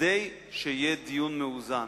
כדי שיהיה דיון מאוזן.